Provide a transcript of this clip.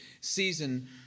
season